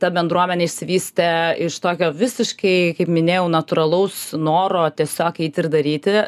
ta bendruomenė išsivystė iš tokio visiškai kaip minėjau natūralaus noro tiesiog eit ir daryti